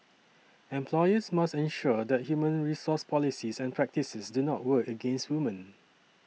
employers must ensure that human resource policies and practices do not work against women